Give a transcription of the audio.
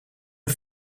een